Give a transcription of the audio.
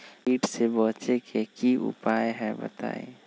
कीट से बचे के की उपाय हैं बताई?